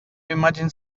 imagine